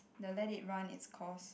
the let is run is cost